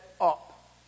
up